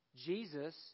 Jesus